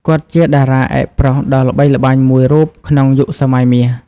គាត់ជាតារាឯកប្រុសដ៏ល្បីល្បាញមួយរូបក្នុងយុគសម័យមាស។